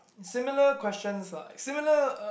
similar questions lah similar